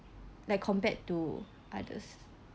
like compared to others